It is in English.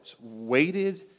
waited